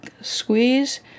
squeeze